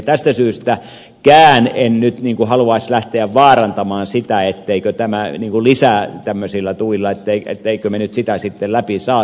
tästä syystäkään en haluaisi lähteä vaarantamaan sitä etteikö tämä oli isää tämmöisillä lisätuilla sitä että me nyt sen saisimme sitten läpi